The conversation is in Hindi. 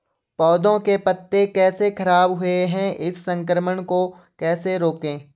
पौधों के पत्ते कैसे खराब हुए हैं इस संक्रमण को कैसे रोकें?